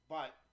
But-